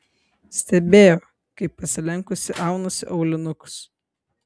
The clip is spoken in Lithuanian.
stebėjo kaip pasilenkusi aunasi aulinukus